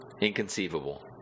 Inconceivable